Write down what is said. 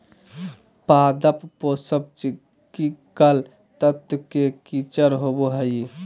पादप पोषक चिकिकल तत्व के किचर होबो हइ